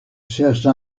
cherche